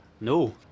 No